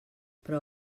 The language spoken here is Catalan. però